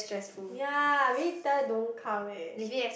ya I really tell don't come eh